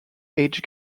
age